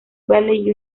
valley